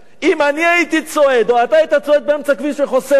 אם אני הייתי צועד או אתה היית צועד באמצע כביש וחוסם אותו,